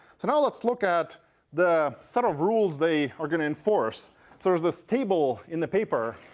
so now let's look at the set of rules they are going to enforce sort of this table in the paper,